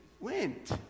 went